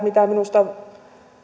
mitä minusta